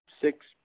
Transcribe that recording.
six